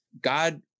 God